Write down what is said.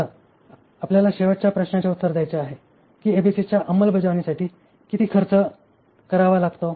आता आपल्याला शेवटच्या प्रश्नाचे उत्तर द्यायचे आहे की एबीसीच्या अंमलबजावणीसाठी किती खर्च करावा लागतो